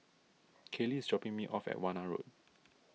Kayli is dropping me off at Warna Road